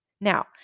Now